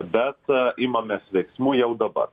bet imamės veiksmų jau dabar